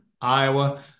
Iowa